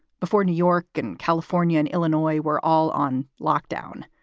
before new york and california and illinois were all on lockdown.